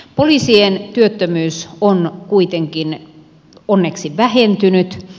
poliisien työttömyys on kuitenkin onneksi vähentynyt